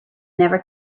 never